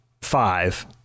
five